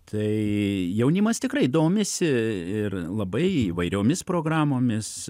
tai jaunimas tikrai domisi ir labai įvairiomis programomis